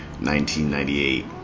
1998